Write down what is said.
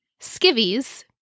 Skivvies